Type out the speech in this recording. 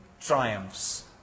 triumphs